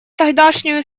тогдашнюю